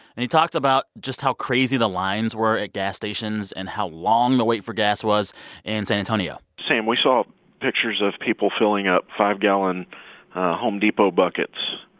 and he talked about just how crazy the lines were at gas stations and how long the wait for gas was in san antonio sam, we saw pictures of people filling up five gallon home depot buckets,